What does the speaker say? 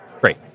great